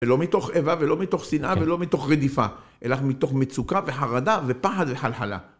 ולא מתוך איבה ולא מתוך שנאה ולא מתוך רדיפה, אלא מתוך מצוקה וחרדה ופחד וחלחלה.